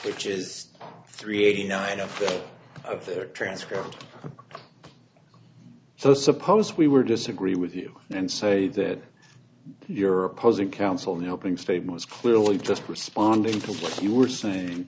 which is three eighty nine out of their transcript so suppose we were disagree with you and say that you're opposing counsel now opening statements clearly just responding to what you were saying